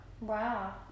Wow